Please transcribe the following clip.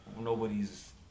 nobody's